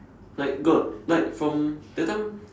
like got like from that time